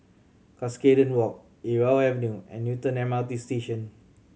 Cuscaden Walk Irau Avenue and Newton M R T Station